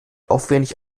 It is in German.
aufwendig